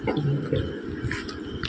कर